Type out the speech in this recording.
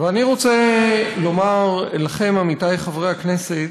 ואני רוצה לומר לכם, עמיתי חברי הכנסת,